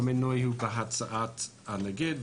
והמינוי הוא בהצעת הנגיד.